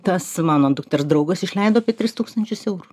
tas mano dukters draugas išleido apie tris tūkstančius eurų